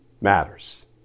matters